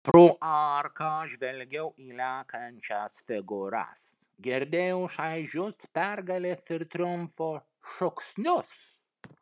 pro arką žvelgiau į lekiančias figūras girdėjau šaižius pergalės ir triumfo šūksnius